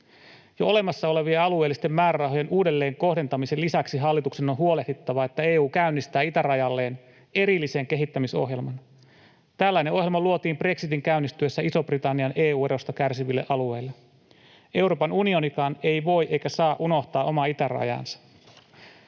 Jo olemassa olevien alueellisten määrärahojen uudelleenkohdentamisen lisäksi hallituksen on huolehdittava, että EU käynnistää itärajalleen erillisen kehittämisohjelman. Tällainen ohjelma luotiin brexitin käynnistyessä Ison-Britannian EU-erosta kärsiville alueille. Euroopan unionikaan ei voi eikä saa unohtaa omaa itärajaansa.